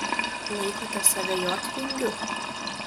laikote save jotvingiu